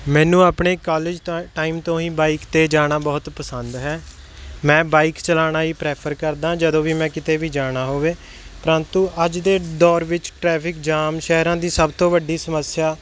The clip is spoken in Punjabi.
ਮੈਨੂੰ ਆਪਣੇ ਕਾਲਜ ਦਾ ਟਾਈਮ ਤੋਂ ਹੀ ਬਾਈਕ 'ਤੇ ਜਾਣਾ ਬਹੁਤ ਪਸੰਦ ਹੈ ਮੈਂ ਬਾਈਕ ਚਲਾਉਣਾ ਹੀ ਪ੍ਰੈਫਰ ਕਰਦਾ ਜਦੋਂ ਵੀ ਮੈਂ ਕਿਤੇ ਵੀ ਜਾਣਾ ਹੋਵੇ ਪ੍ਰੰਤੂ ਅੱਜ ਦੇ ਦੌਰ ਵਿੱਚ ਟਰੈਫਿਕ ਜਾਮ ਸ਼ਹਿਰਾਂ ਦੀ ਸਭ ਤੋਂ ਵੱਡੀ ਸਮੱਸਿਆ